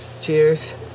Cheers